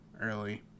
early